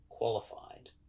qualified